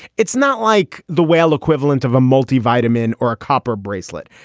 it's not like the whale equivalent of a multivitamin or a copper bracelet.